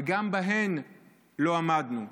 וגם בהם לא עמדנו,